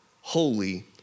holy